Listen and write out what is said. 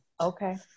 Okay